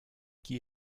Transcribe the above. qui